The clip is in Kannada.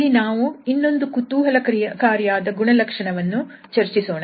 ಇಲ್ಲಿ ನಾವು ಇನ್ನೊಂದು ಕುತೂಹಲಕಾರಿಯಾದ ಗುಣಲಕ್ಷಣವನ್ನು ಚರ್ಚಿಸೋಣ